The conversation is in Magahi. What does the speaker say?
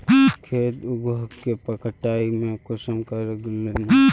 खेत उगोहो के कटाई में कुंसम करे लेमु?